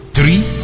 Three